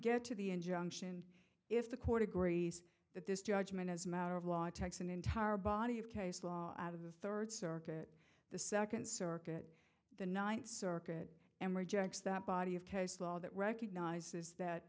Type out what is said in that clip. get to the injunction if the court agrees that this judgment as a matter of law takes an entire body of case law third circuit the second circuit the ninth circuit and rejects that body of case law that recognizes that